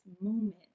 moment